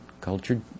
cultured